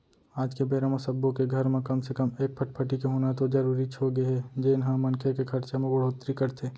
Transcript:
आज के बेरा म सब्बो के घर म कम से कम एक फटफटी के होना तो जरूरीच होगे हे जेन ह मनखे के खरचा म बड़होत्तरी करथे